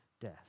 death